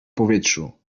powietrzu